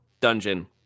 dungeon